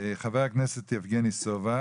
חבר הכנסת יבגני סובה.